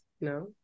No